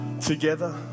together